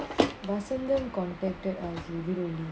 washington contacted on